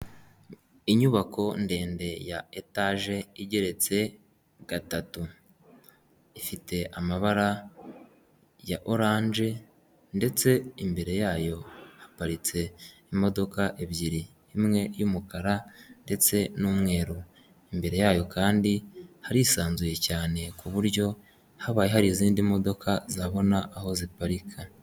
Inyubako ndende ya etaje igeretse gatatu, ifite amabara ya oranje ndetse imbere yayo haparitse imodoka ebyiri imwe y'umukara ndetse n'umweru; imbere yayo kandi harisanzuye cyane ku buryo habaye hari izindi modoka zabona aho ziparika.